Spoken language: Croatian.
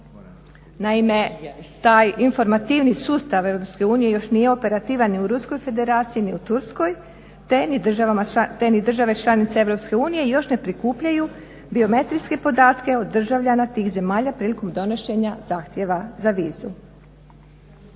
Naime, taj informativni sustav EU još nije operativan ni u Ruskoj Federaciji ni u Turskoj te ni države članice EU još ne prikupljaju biometrijske podatke od državljana tih zemalja prilikom donošenja zahtjeva za vizu.